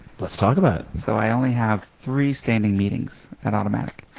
let's talk about it. so i only have three standing meetings at automattic.